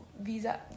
visa